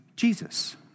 Jesus